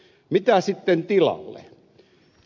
mitä sitten tilalle